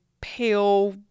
pale